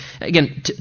again